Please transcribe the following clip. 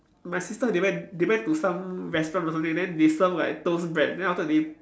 my sister they went they went to some restaurant or something then they serve like toast bread then on top they